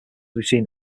between